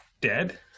dead